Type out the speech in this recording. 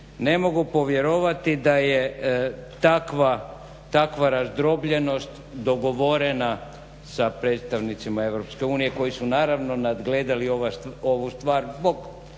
ne mogu povjerovati da je takva razdrobljenost dogovorena sa predstavnicima EU koji su naravno nadgledali ovu stvar